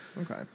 Okay